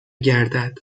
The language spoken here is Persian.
گردد